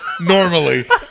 Normally